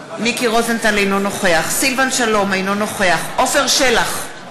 אינו נוכח סילבן שלום, אינו נוכח עפר שלח,